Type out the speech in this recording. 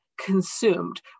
consumed